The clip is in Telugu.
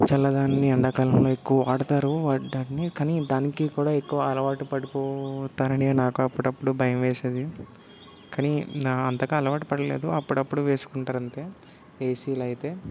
చల్లదాన్ని ఎండాకాలంలో ఎక్కువ వాడతారు వాడ్డాన్ని కానీ దానికి కూడా ఎక్కువ అలవాటు పడిపోతారని నాకు అప్పుడప్పుడు భయమేసేది కానీ నా అంతగా అలవాటు పడ్లేదు అప్పుడప్పుడు వేసుకుంటారు అంతే ఏసీలైతే